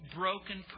broken